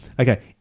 Okay